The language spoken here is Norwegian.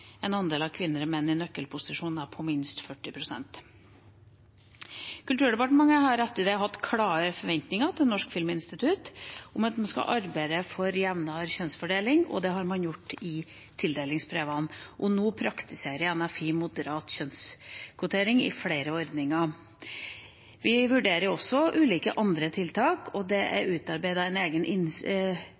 en andel av kvinner og menn i nøkkelposisjoner på minst 40 pst. Kulturdepartementet har etter det hatt klare forventninger til Norsk filminstitutt om at de skal arbeide for jevnere kjønnsfordeling, og det har man gjort i tildelingsbrevene. Nå praktiserer NFI moderat kjønnskvotering i flere ordninger. Vi vurderer også ulike andre tiltak. Det er holdt et innspillsseminar for filmbransjen og utarbeidet en